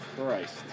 Christ